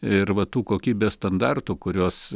ir va tų kokybės standartų kuriuos